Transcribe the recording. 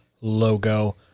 logo